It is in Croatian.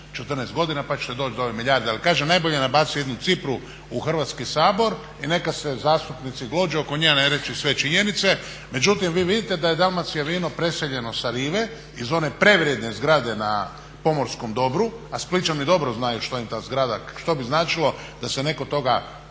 14 godina pa ćete doći do ove milijarde. Ali kažem najbolje je nabaciti jednu cifru u Hrvatski sabor i neka se zastupnici glođu oko nje, a ne reći sve činjenice. Međutim, vi vidite da je Dalmacija vino preseljeno sa rive iz one prevrijedne zgrade na pomorskom dobru, a Splićani dobro znaju što im ta zgrada, što bi značilo da se neko toga